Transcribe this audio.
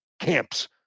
camps